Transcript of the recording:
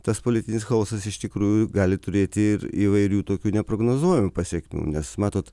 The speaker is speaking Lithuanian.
tas politinis chaosas iš tikrųjų gali turėti ir įvairių tokių neprognozuojamų pasekmių nes matot